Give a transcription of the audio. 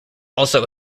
also